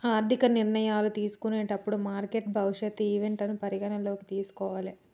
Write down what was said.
ఆర్థిక నిర్ణయాలు తీసుకునేటప్పుడు మార్కెట్ భవిష్యత్ ఈవెంట్లను పరిగణనలోకి తీసుకోవాలే